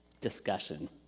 Discussion